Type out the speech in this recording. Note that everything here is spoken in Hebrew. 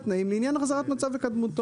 הוא קובע תנאים לעניין החזרת מצב לקדמותו.